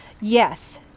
Yes